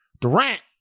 Durant